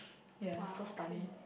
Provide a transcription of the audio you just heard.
ya so funny